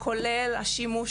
כולל השימוש